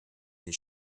his